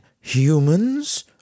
humans